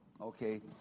okay